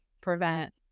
prevent